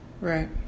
Right